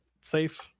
Safe